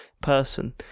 person